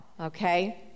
okay